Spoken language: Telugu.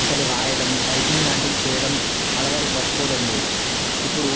అసలు రాయడం టైపింగ్ లాంటివి చేయడం అలవాటు పరుచుకోవడం లేదు ఇప్పుడు